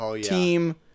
team